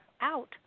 out